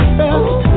best